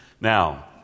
Now